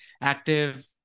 active